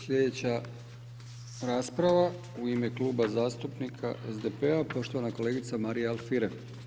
Slijedeća rasprava u ime Kluba zastupnika SDP-a, poštovana kolegica Marija Alfirev.